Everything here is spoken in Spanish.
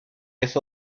eso